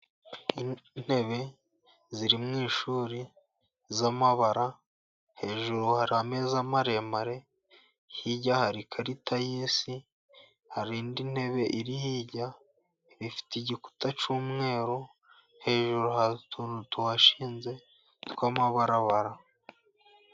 Intebe ziri mu ishuri z'amabara, hejuru hari ameza maremare hirya hari ikarita y'isi, hari indi ntebe iri hirya ifite igikuta cy'umweru, hejuru hari utuntu tuhashinze tw'amabarabara.